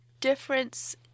difference